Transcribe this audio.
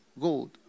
gold